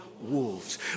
wolves